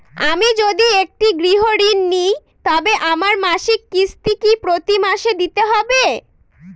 আমি যদি একটি গৃহঋণ নিই তবে আমার মাসিক কিস্তি কি প্রতি মাসে দিতে হবে?